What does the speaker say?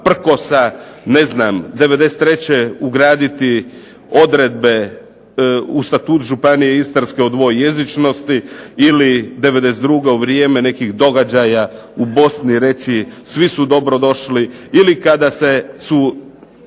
prkosa, 93. ugraditi odredbe u Statut županije Istarske o dvojezičnosti ili 92. u vrijeme nekih događaja u Bosni reći svi su dobrodošli ili kada su